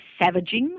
savaging